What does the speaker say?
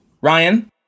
Ryan